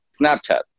Snapchat